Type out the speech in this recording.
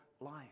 life